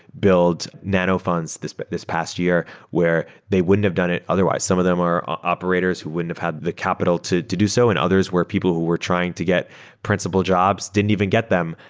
built nano-funds this but this past year where they wouldn't have done it otherwise. some of them are operators who wouldn't have had the capital to to do so and others were people who were trying to get principal jobs. didn't even get them,